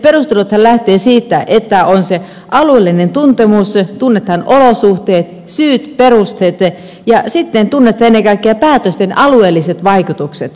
ne perusteluthan lähtevät siitä että on se alueellinen tuntemus tunnetaan olosuhteet syyt perusteet ja sitten tunnetaan ennen kaikkea päätösten alueelliset vaikutukset